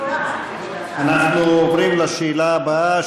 אנחנו עוברים לשאלה הבאה,